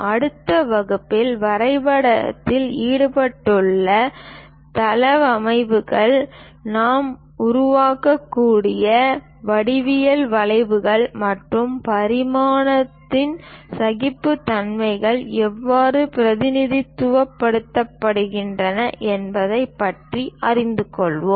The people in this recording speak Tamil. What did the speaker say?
அடுத்த வகுப்பில் வரைபடத்தில் ஈடுபட்டுள்ள தளவமைப்புகள் நாம் உருவாக்கக்கூடிய வடிவியல் வளைவுகள் மற்றும் பரிமாணத்தையும் சகிப்புத்தன்மையையும் எவ்வாறு பிரதிநிதித்துவப்படுத்துவது என்பது பற்றி அறிந்து கொள்வோம்